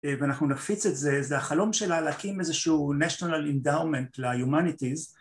ואנחנו נפיץ את זה, זה החלום שלה להקים איזשהו national endowment לhumanities